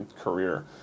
career